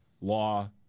law